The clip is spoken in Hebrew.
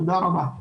תודה רבה.